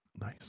Nice